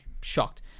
shocked